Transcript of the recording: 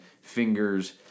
fingers